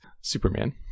Superman